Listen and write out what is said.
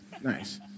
nice